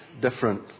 different